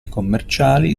commerciali